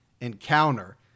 encounter